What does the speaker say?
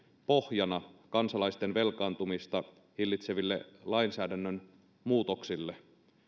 pohjana kansalaisten velkaantumista hillitseville lainsäädännön muutoksille